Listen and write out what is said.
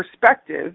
perspective